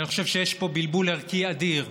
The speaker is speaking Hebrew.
אני חושב שיש פה בלבול ערכי אדיר,